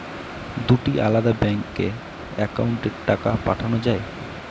দুটি আলাদা ব্যাংকে অ্যাকাউন্টের টাকা পাঠানো য়ায়?